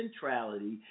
centrality